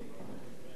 מתוך הנחה